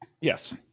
Yes